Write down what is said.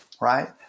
right